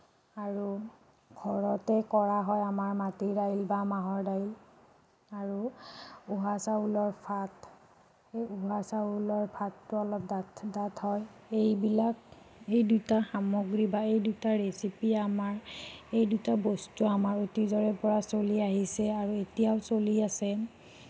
আৰু ঘৰতে কৰা হয় আমাৰ মাটিৰ দাইল বা মাহৰ দাইল আৰু উহা চাউলৰ ভাত উহা চাউলৰ ভাতটো অলপ ডাঠ ডাঠ হয় এইবিলাক এই দুটা সামগ্ৰী বা এই দুটা ৰেচিপি আমাৰ এই দুটা বস্তু আমাৰ অতীজৰে পৰা চলি আহিছে আৰু এতিয়াও চলি আছে